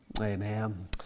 Amen